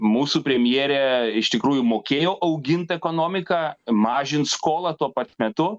mūsų premjerė iš tikrųjų mokėjo augint ekonomiką mažint skolą tuo pat metu